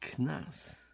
knas